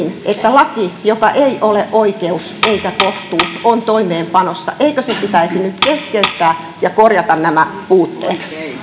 että laki joka ei ole oikeus eikä kohtuus on toimeenpanossa eikö se pitäisi nyt keskeyttää ja korjata nämä puutteet